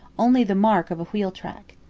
only the mark of a wheel-track.